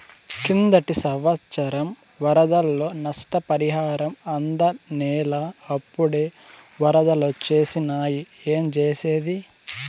కిందటి సంవత్సరం వరదల్లో నష్టపరిహారం అందనేలా, అప్పుడే ఒరదలొచ్చేసినాయి ఏంజేసేది